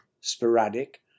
sporadic